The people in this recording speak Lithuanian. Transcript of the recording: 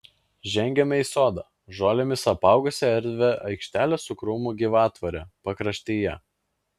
žengėme į sodą žolėmis apaugusią erdvią aikštelę su krūmų gyvatvore pakraštyje